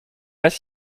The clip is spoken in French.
pas